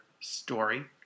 story